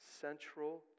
central